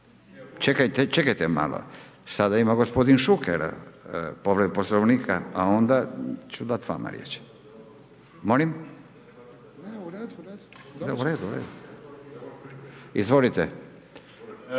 čekajte malo, sada ima gospodin Šuker povredu Poslovnika a onda ću dat vama riječ. Izvolite.